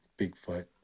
Bigfoot